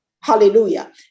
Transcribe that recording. hallelujah